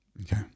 Okay